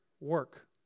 work